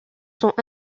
sont